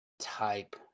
type